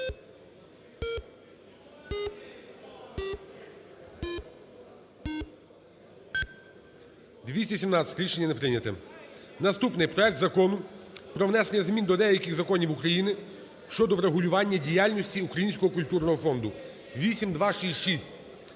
За-217 Рішення не прийняте. Наступний. Проект Закону про внесення змін до деяких законів України щодо врегулювання діяльності Українського культурного фонду (8266).